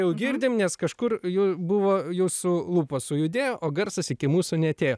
jau girdim nes kažkur jau buvo jūsų lūpos sujudėjo o garsas iki mūsų neatėjo